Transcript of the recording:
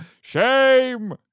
Shame